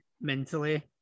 mentally